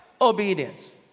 Obedience